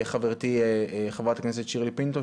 חברתי חברת הכנסת שירלי פינטו,